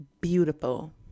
beautiful